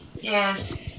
Yes